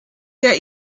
der